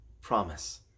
promise